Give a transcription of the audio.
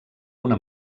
una